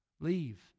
leave